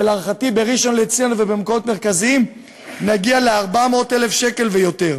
ולהערכתי בראשון-לציון ובמקומות מרכזיים נגיע ל-400,000 שקל ויותר.